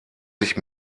sich